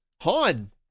Han